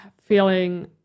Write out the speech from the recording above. feeling